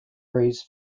breeze